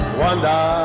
wonder